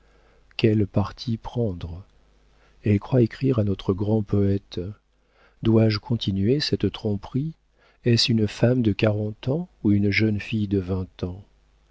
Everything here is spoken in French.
quel parti prendre elle croit écrire à notre grand poëte dois-je continuer cette tromperie est-ce une femme de quarante ans ou une jeune fille de vingt ans